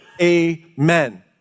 Amen